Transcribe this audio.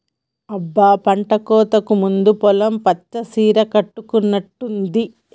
అబ్బ పంటకోతకు ముందు పొలం పచ్చ సీర కట్టుకున్నట్టుంది